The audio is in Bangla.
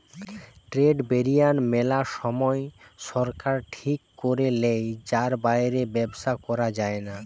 ট্রেড ব্যারিয়ার মেলা সময় সরকার ঠিক করে লেয় যার বাইরে ব্যবসা করা যায়না